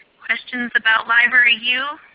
questions about libraryyou?